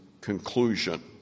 conclusion